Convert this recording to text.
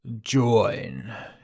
Join